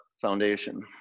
foundation